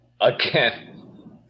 Again